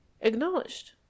acknowledged